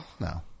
No